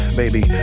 baby